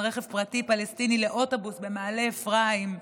רכב פרטי פלסטיני לאוטובוס במעלה אפרים,